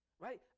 Right